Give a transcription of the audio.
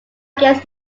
guess